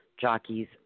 jockeys